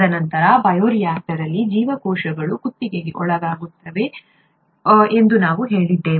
ತದನಂತರ ಬಯೋರಿಯಾಕ್ಟರ್ ಅಲ್ಲಿ ಜೀವಕೋಶಗಳು ಕತ್ತಿಗೆ ಒಳಗಾಗುತ್ತವೆ ಎಂದು ನಾವು ಹೇಳಿದ್ದೇವೆ